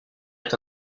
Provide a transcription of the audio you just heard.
est